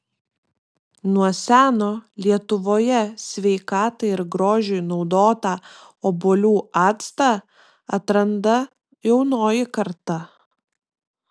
nuo seno lietuvoje sveikatai ir grožiui naudotą obuolių actą atranda jaunoji karta